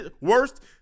worst